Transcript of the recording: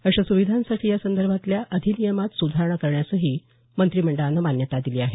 अशा सुविधांसाठी यासंदर्भातल्या अधिनियमात सुधारणा करण्यासही मंत्रिमंडळानं मान्यता दिली आहे